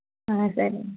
సరే